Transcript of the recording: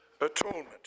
atonement